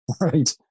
right